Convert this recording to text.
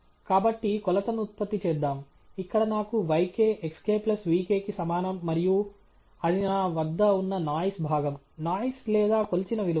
కాబట్టి కొలతను ఉత్పత్తి చేద్దాం ఇక్కడ నాకు yk xk ప్లస్ vk కి సమానం మరియు అది నా వద్ద ఉన్న నాయిస్ భాగం నాయిస్ లేదా కొలిచిన విలువ